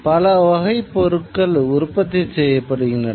பல வகைப் பொருட்கள் உற்பத்தி செய்யப்படுகின்றன